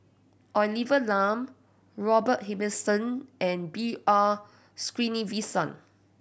Olivia Lum Robert Ibbetson and B R Sreenivasan